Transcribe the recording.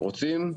רוצים,